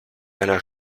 einer